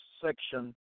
section